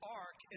ark